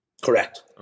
Correct